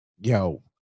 Yo